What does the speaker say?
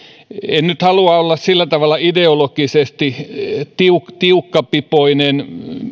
en nyt halua olla sillä tavalla ideologisesti tiukkapipoinen